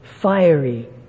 fiery